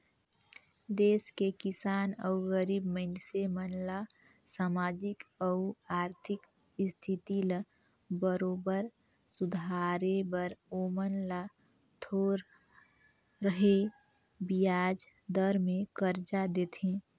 देस के किसान अउ गरीब मइनसे मन ल सामाजिक अउ आरथिक इस्थिति ल बरोबर सुधारे बर ओमन ल थो रहें बियाज दर में करजा देथे